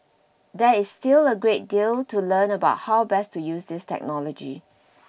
they still a great deal to learn about how best to use this technology